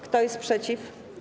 Kto jest przeciw?